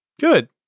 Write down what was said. Good